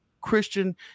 Christian